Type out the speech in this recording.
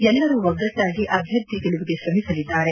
ಎಲ್ಲರೂ ಒಗ್ಗಟ್ಟಾಗಿ ಅಭ್ಯರ್ಥಿ ಗೆಲುವಿಗೆ ಶ್ರಮಿಸಲಿದ್ದಾರೆ